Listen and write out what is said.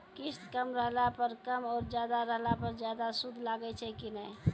किस्त कम रहला पर कम और ज्यादा रहला पर ज्यादा सूद लागै छै कि नैय?